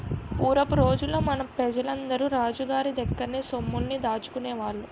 పూరపు రోజుల్లో మన పెజలందరూ రాజు గోరి దగ్గర్నే సొమ్ముల్ని దాసుకునేవాళ్ళు